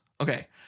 Okay